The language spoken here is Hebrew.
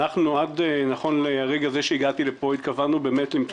עד נכון לרגע זה שהגעתי לפה התכוונו למצוא